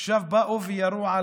עכשיו באו וירו על